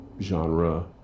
genre